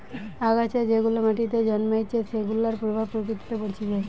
আগাছা যেগুলা মাটিতে জন্মাইছে সেগুলার প্রভাব প্রকৃতিতে পরতিছে